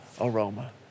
aroma